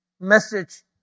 message